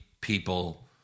people